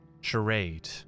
charade